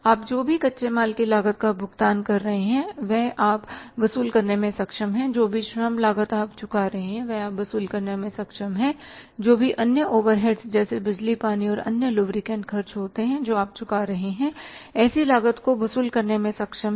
आप जो भी कच्चे माल की लागत का भुगतान कर रहे हैं वह आप वसूल करने में सक्षम है जो भी श्रम लागत आप चुका रहे हैं वह आप वसूल करने में सक्षम है जो भी अन्य ओवरहेड्स जैसे बिजली पानी और अन्य लुब्रिकेंट खर्च होते हैं जो आप चुका रहे हैं ऐसी लागत को वसूल करने में सक्षम हैं